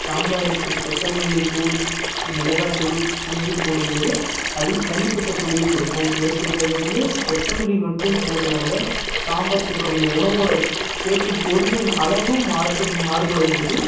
சாம்பாருக்கு கொத்தமல்லி தூள் மிளகாத்தூள் இது மாரி போடும்போது அதுக்கு தனிப்பட்ட சுவையை கொடுக்கும் ஒரு சிலதுக்கு வந்து கொத்தமல்லி மட்டும் போடுவாங்க சாம்பார் தூள் கம்மி உணவோடு சேர்க்கும் பொருளின் அளவு மாறும் மாறுபடும் போது